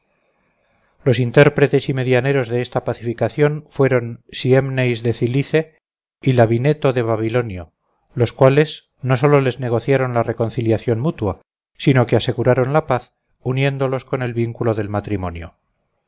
los intérpretes y medianeros de esta pacificación fueron syémnesis el cilice y labyneto el babilonio los cuales no solo les negociaron la reconciliación mutua sino que aseguraron la paz uniéndolos con el vínculo del matrimonio